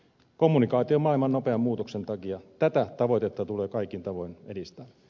kommunikaatiomaailman nopean muutoksen takia tätä tavoitetta tulee kaikin tavoin edistää